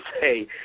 say